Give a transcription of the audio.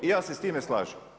I ja se s time slažem.